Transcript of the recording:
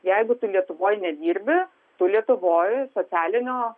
jeigu tu lietuvoj nedirbi tu lietuvoj socialinio